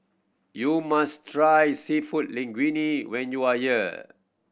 you must try Seafood Linguine when you are here